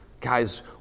Guys